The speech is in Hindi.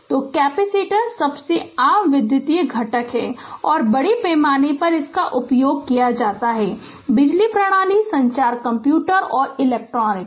तो कैपेसिटर सबसे आम विद्युत घटक हैं और बड़े पैमाने पर उपयोग किए जाते हैं बिजली प्रणाली संचार कंप्यूटर और इलेक्ट्रॉनिक्स